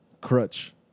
crutch